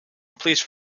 please